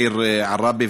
עראבה,